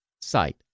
site